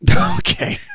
Okay